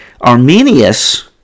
Arminius